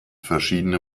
verschiedene